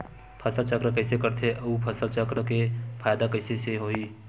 फसल चक्र कइसे करथे उ फसल चक्र के फ़ायदा कइसे से होही?